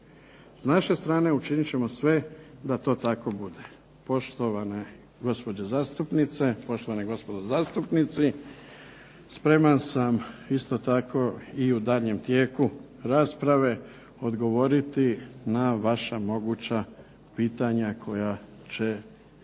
S naše strane učinit ćemo sve da to tako bude. Poštovane gospođe zastupnice, poštovani gospodo zastupnici spreman sam isto tako i u daljnjem tijeku rasprave odgovoriti na vaša moguća pitanja koja će